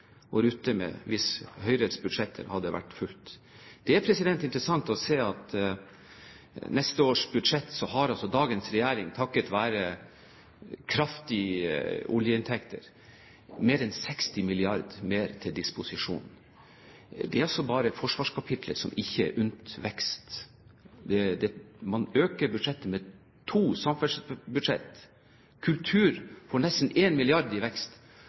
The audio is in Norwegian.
med hvis Høyres budsjett hadde vært fulgt. Det er interessant å se at i neste års budsjett har dagens regjering takket være kraftige oljeinntekter mer enn 60 mrd. kr mer til disposisjon. Det er altså bare forsvarskapittelet som ikke er forunt vekst. Man øker budsjettet med to samferdselsbudsjetter. Kultur får nesten 1 mrd. kr i vekst.